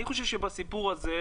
אני חושב שבסיפור הזה,